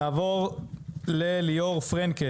נעבור לליאור פרנקל,